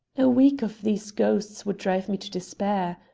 a week of these ghosts would drive me to despair.